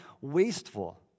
wasteful